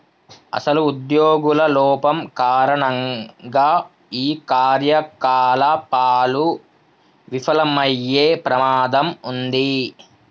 అసలు ఉద్యోగుల లోపం కారణంగా ఈ కార్యకలాపాలు విఫలమయ్యే ప్రమాదం ఉంది